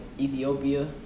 ethiopia